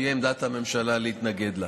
תהיה עמדת הממשלה להתנגד לה.